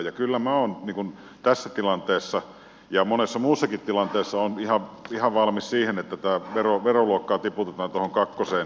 kyllä minä olen tässä tilanteessa ja monessa muussakin tilanteessa ihan valmis siihen että tätä veroluokkaa tiputetaan tuohon kakkoseen